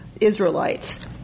Israelites